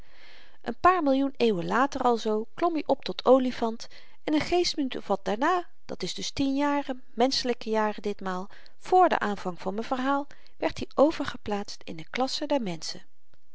een paar millioen eeuwen later alzoo klom i op tot olifant en n geestminuut of wat dààrna dat is dus tien jaren menschelyke jaren ditmaal vr den aanvang van m'n verhaal werd i overgeplaatst in de klasse der menschen